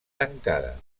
tancada